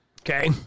Okay